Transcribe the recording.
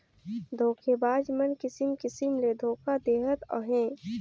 धोखेबाज मन किसिम किसिम ले धोखा देहत अहें